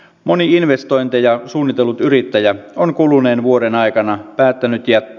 moni investointeja suunnitellut yrittäjä on kuluneen vuoden aikana päätynyt iät